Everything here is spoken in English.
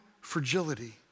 fragility